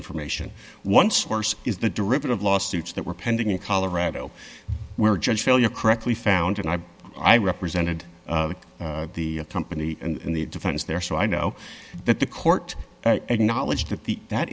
information one source is the derivative lawsuits that were pending in colorado where judge failure correctly found and i i represented the company and the defense there so i know that the court had knowledge that the that